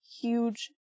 huge